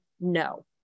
no